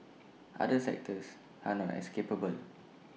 other sectors are not as capably